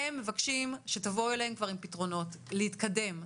הם מבקשים שתבואו אליהם עם פתרונות, להתקדם.